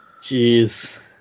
Jeez